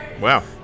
Wow